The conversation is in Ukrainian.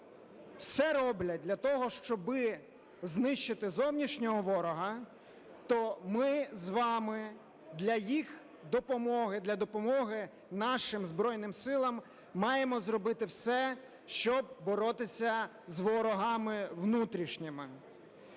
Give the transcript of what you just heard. все роблять для того, щоб знищити зовнішнього ворога, то ми з вами для їх допомоги, для допомоги нашим Збройним Силам маємо зробити все, щоб боротися з ворогами внутрішніми.